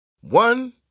One